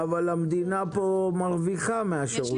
אבל המדינה כאן מרוויחה מהשירות הזה.